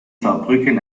saarbrücken